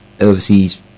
overseas